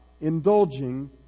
indulging